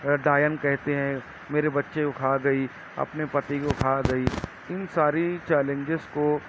ڈائن کہتے ہیں میرے بچے کو کھا گئی اپنے پتی کو کھا گئی ان ساری چیلنجز کو